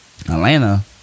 Atlanta